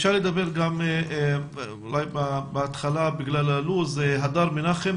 ביקשה לדבר בהתחלה בגלל לוח הזמנים הדר מנחם,